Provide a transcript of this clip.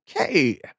okay